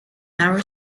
narrow